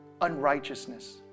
unrighteousness